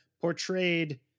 portrayed